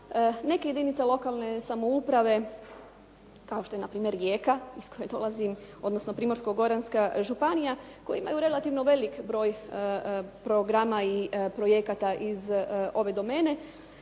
neke jedinice lokalne samouprave, kao što je npr. Rijeka iz koje dolazim, odnosno Primorsko-goranska županija koje imaju relativno velik broj programa i projekata iz ove domene.